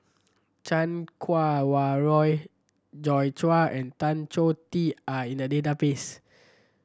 Chan Kua Wah Roy Joi Chua and Tan Choh Tee are in the database